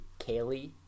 kaylee